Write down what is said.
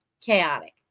chaotic